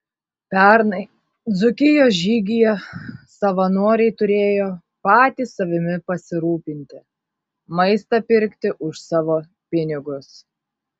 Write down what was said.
pernai dzūkijos žygyje savanoriai turėjo patys savimi pasirūpinti maistą pirkti už savo pinigus